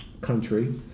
country